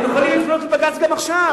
הם יכולים לפנות לבג"ץ גם עכשיו.